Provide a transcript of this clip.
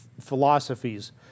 philosophies